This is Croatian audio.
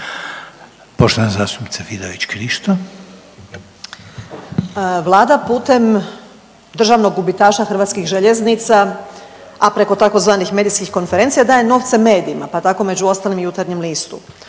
Krišto, Karolina (Nezavisni)** Vlada putem državnog gubitaša HŽ-a, a preko tzv. medijskih konferencija daje novce medijima, pa tako među ostalim i „Jutarnjem listu“.